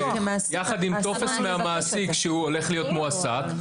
יחד עם טופס מהמעסיק שהוא הולך להיות מועסק,